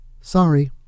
sorry